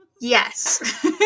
Yes